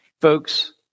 Folks